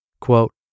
Quote